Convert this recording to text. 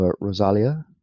Rosalia